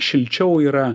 šilčiau yra